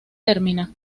termina